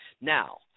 Now